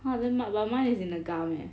!huh! then m~ but mine is in the gum eh